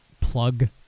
plug